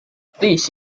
this